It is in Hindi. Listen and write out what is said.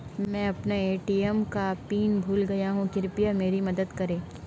मैं अपना ए.टी.एम का पिन भूल गया हूं, कृपया मेरी मदद करें